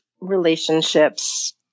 relationships